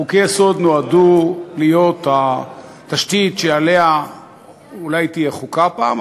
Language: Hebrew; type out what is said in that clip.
חוקי-יסוד נועדו להיות התשתית שעליה אולי תהיה חוקה פעם,